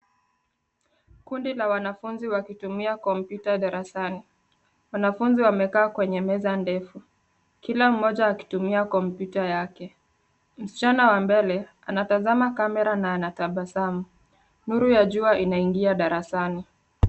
Kundi la wanafunzi wakitumia kompyuta darasani. Wanafunzi wamekaa kwenye meza ndefu, kila mmoja akitumia kompyuta yake. Msichana wa mbele anatazama kamera na anatabasamu. Nuru ya jua inaingia darasani.